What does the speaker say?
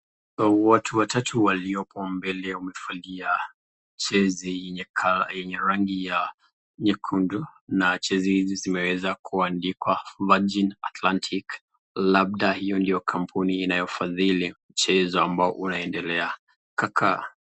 Watu watatu waliopo mbele wamevalia jezi yenye rangi ya nyekundu na jezi hizi zimeweza kuandikwa Margin Atlantic labda hiyo ndio kampuni inayofadhili mchezo ambayo inaendelea Kaka.